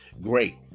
great